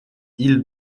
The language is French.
ile